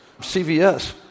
CVS